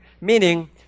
Meaning